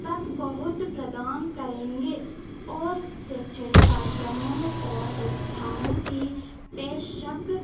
तक बहुत प्रदान करेंगे और शैक्षणिक कार्यक्रमों और संस्थानों की प्रेषक